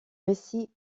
récits